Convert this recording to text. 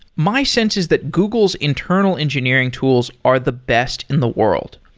my sense is that google's internal engineering tools are the best in the world.